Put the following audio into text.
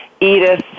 Edith